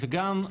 וגם,